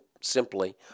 simply